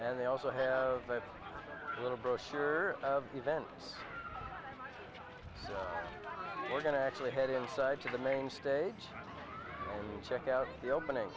and they also have a little brochure event so we're going to actually head inside to the main stage check out the opening